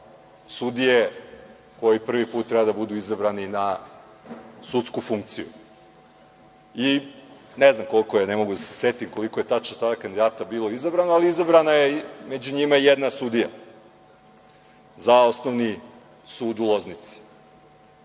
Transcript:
sudije koji prvi put treba da budu izabrani na sudsku funkciju. Ne znam koliko je, ne mogu da se setim, koliko je tačno tada kandidata bila izabrano, ali izabrana je među njima i jedna sudija za Osnovni sud u Loznici,